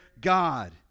God